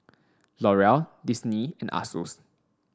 L'Oreal Disney and Asus